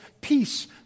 peace